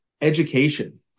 education